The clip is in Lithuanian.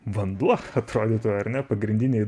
vanduo atrodytų ar ne pagrindiniai